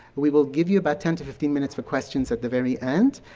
we will give you about ten to fifteen minutes for questions at the very end.